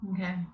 Okay